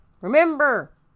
remember